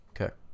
Okay